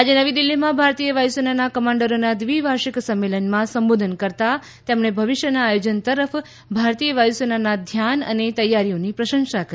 આજે નવી દિલ્હીમાં ભારતીય વાયુસેનાના કમાન્ડરોના દ્વિવાર્ષિક સંમેલનમાં સંબોધન કરતાં તેમણે ભવિષ્યના આયોજન તરફ ભારતીય વાયુસેનાના ધ્યાન અને તૈયારીઓની પ્રશંસા કરી